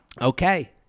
okay